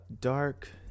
dark